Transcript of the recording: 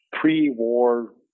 pre-war